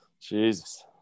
Jesus